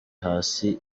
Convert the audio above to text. hasi